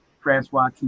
Francois